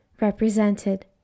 represented